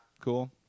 Cool